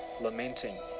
lamenting